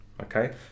Okay